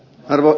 tapaan